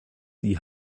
die